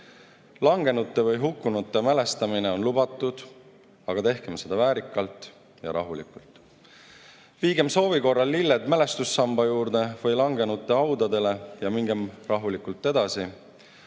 Langenute või hukkunute mälestamine on lubatud, aga tehkem seda väärikalt ja rahulikult. Viigem soovi korral lilled mälestussamba juurde või langenute haudadele ja mingem rahulikult edasi.